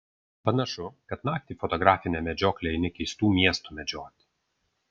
panašu kad naktį į fotografinę medžioklę eini keistų miestų medžioti